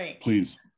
please